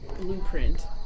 blueprint